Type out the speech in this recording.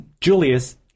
Julius